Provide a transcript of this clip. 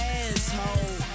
asshole